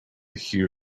hear